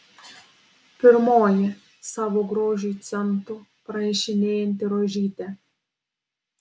pirmoji savo grožiui centų prašinėjanti rožytė